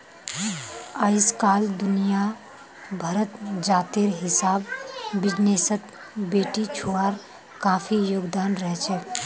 अइजकाल दुनिया भरत जातेर हिसाब बिजनेसत बेटिछुआर काफी योगदान रहछेक